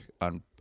on